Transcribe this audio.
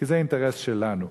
כי זה אינטרס שלנו.